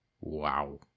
wow